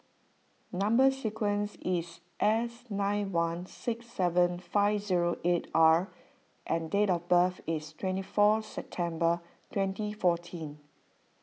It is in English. Number Sequence is S nine one six seven five zero eight R and date of birth is twenty four September twenty fourteen